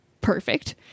perfect